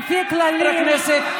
לפי הכללים,